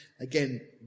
again